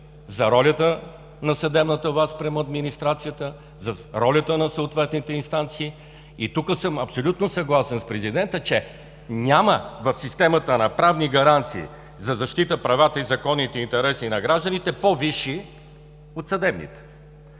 за ролята на съдебната власт спрямо администрацията, за ролята на съответните инстанции, и тук съм абсолютно съгласен с президента, че няма в системата на правни гаранции за защита правата и законните интереси на гражданите, по-висши от съдебните.